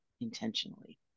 intentionally